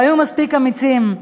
הם היו מספיק אמיצים.